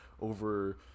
over